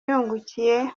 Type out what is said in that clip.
yungukiye